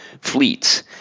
fleets